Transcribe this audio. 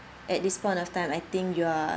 at this point of time I think you are